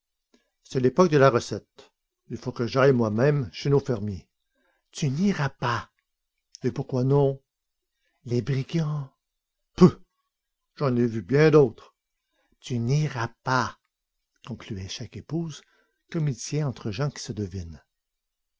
c'est l'époque de la recette il faut que j'aille moi-même chez nos fermiers tu n'iras pas et pourquoi non les brigands peuh j'en ai vu bien d'autres tu n'iras pas concluait chaque épouse comme il sied entre gens qui se devinent